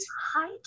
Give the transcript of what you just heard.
Hi